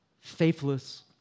faithless